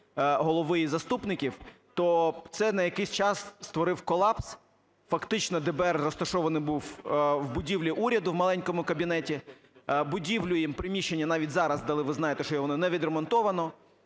голови і заступників, то це на якийсь час створив колапс. Фактично ДБР розташований був у будівлі уряду, в маленькому кабінеті, будівлю їм, приміщення навіть зараз дали, ви знаєте, що воно не відремонтовано,